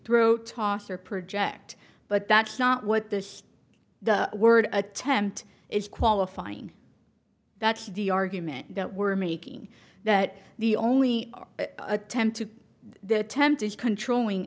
throw tosser project but that's not what the the word attempt is qualifying that's the argument that we're making that the only attempt to the temp is controlling